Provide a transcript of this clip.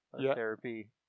Therapy